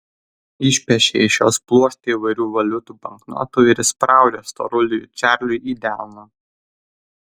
išpešė iš jos pluoštą įvairių valiutų banknotų ir įspraudė storuliui čarliui į delną